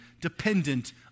dependent